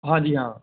ਹਾਂਜੀ ਹਾਂ